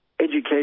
education